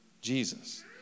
Jesus